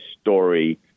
story